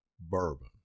bourbon